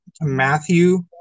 Matthew